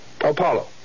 Apollo